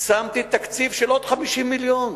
שמתי תקציב של עוד 50 מיליון,